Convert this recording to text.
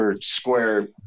square